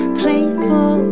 playful